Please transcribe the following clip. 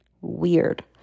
weird